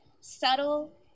subtle